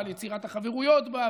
ועל יצירת החברויות בה,